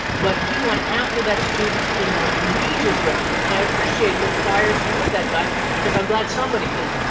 but he went after that student in and egregious way. and i appreciate that fire supported that guy because i'm glad somebody did.